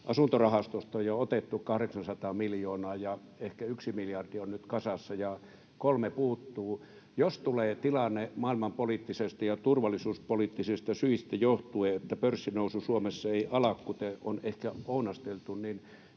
asuntorahastosta on jo otettu 800 miljoonaa ja ehkä yksi miljardi on nyt kasassa ja kolme puuttuu. Jos tulee maailmanpoliittisista ja turvallisuuspoliittisista syistä johtuen tilanne, että pörssinousu Suomessa ei ala, kuten on ehkä ounasteltu, niin